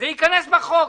זה ייכנס בחוק.